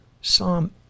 Psalm